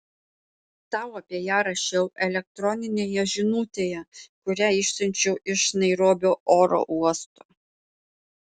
tau apie ją rašiau elektroninėje žinutėje kurią išsiunčiau iš nairobio oro uosto